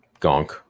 Gonk